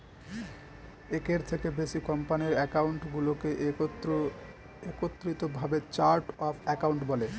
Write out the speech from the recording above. একের থেকে বেশি কোম্পানির অ্যাকাউন্টগুলোকে একত্রিত ভাবে চার্ট অফ অ্যাকাউন্ট বলে